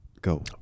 go